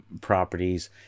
properties